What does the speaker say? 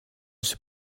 suis